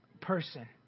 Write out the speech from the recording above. person